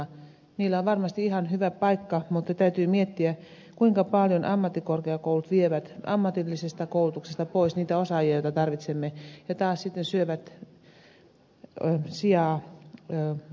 niillä on varmasti ihan hyvä paikka mutta täytyy miettiä kuinka paljon ammattikorkeakoulut vievät ammatillisesta koulutuksesta pois niitä osaajia joita tarvitsemme ja taas sitten syövät sijaa yliopistoilta